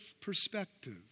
perspective